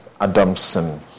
adamson